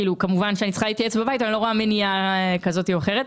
כמובן שאני צריכה להתייעץ בבית אבל אני לא רואה מניעה כזאת או אחרת.